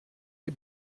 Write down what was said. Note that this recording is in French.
les